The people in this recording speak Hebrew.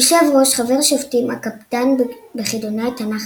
יושב ראש חבר השופטים הקפדן בחידוני התנ"ך